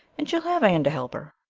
and she'll have anne to help her.